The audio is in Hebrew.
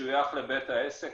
שמשויך לבית העסק.